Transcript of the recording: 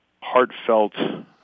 heartfelt